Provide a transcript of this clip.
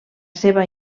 seva